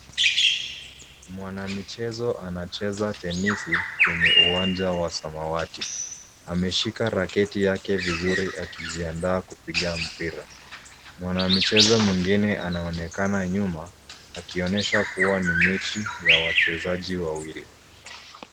Mwanamichezo anacheza tenisi kwenye uwanja wa samawati. Ameshika raketi yake vizuri akijiandaa kupiga mpira. Mwanamichezo mwingine anaonekana nyuma akionyesha kuwa ni mechi ya wachezaji wawili.